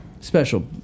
Special